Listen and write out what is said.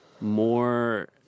more